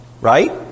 right